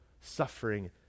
suffering